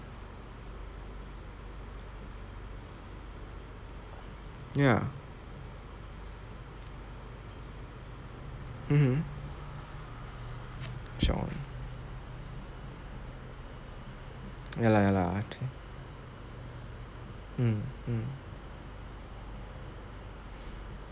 ya mmhmm sure ya lah ya lah I have to say hmm hmm